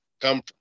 come